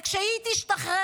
וכשהיא תשתחרר,